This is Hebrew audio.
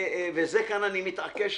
וכאן אני מתעקש